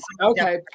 okay